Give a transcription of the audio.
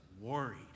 worried